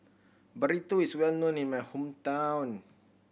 Burrito is well known in my hometown